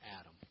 Adam